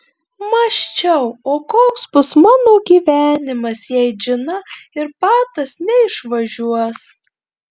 mąsčiau o koks bus mano gyvenimas jei džina ir patas neišvažiuos